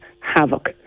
havoc